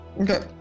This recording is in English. okay